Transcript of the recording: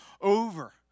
over